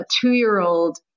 two-year-old